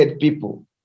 people